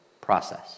process